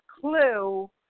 clue